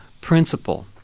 principle